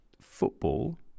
football